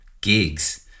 gigs